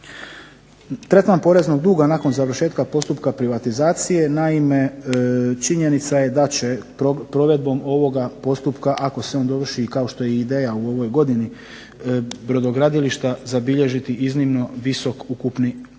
Tretman poreznog duga nakon završetka postupka privatizacije, naime činjenica je da će provedbom ovoga postupka, ako se on dovrši i kao što je ideja u ovoj godini brodogradilišta, zabilježiti iznimno visok ukupni prihod,